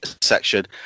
section